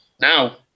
Now